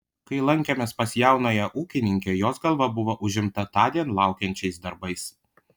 kai lankėmės pas jaunąją ūkininkę jos galva buvo užimta tądien laukiančiais darbais